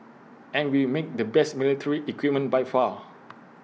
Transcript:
and we make the best military equipment by far